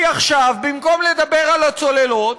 כי עכשיו, במקום לדבר על הצוללות,